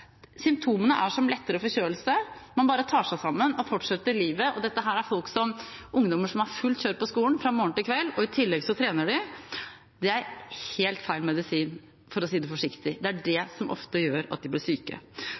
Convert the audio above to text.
Symptomene er som lettere forkjølelse, man bare tar seg sammen og fortsetter livet, og dette er ungdommer som har fullt kjør på skolen fra morgen til kveld, og i tillegg trener de. Det er helt feil medisin, for å si det forsiktig, det er det som ofte gjør at de blir syke.